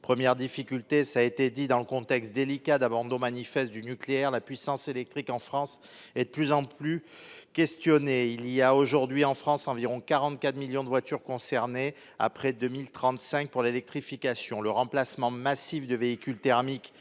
Première difficulté, ça a été dit dans le contexte délicat d'abandon manifeste du nucléaire, la puissance électrique en France et de plus en plus questionné. Il y a aujourd'hui en France environ 44 millions de voitures concernées après 2035 pour l'électrification le remplacement massif de véhicules thermiques